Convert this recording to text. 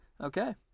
Okay